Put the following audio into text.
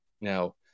Now